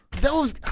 those-